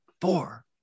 four